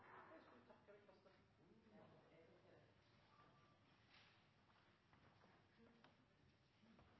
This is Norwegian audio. jeg takke